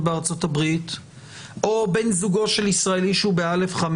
בארצות הברית או בן זוגו של ישראלי שהוא באשרה א/5,